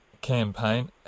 campaign